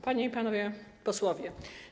Panie i Panowie Posłowie!